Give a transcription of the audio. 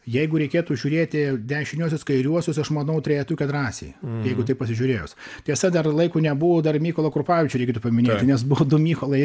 jeigu reikėtų žiūrėti dešiniuosius kairiuosius aš manau trejetuke drąsiai jeigu taip pasižiūrėjus tiesa dar laiko nebuvo dar mykolą krupavičių reiktų paminėti nes buvo du mykolai